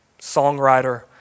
songwriter